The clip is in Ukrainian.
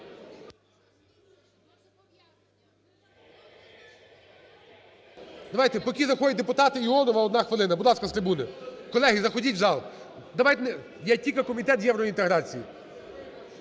Давайте, поки заходять депутати, Іонова, одна хвилина. Будь ласка, з трибуни. Колеги, заходіть в зал… Є тільки Комітет з євроінтеграції.